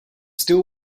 still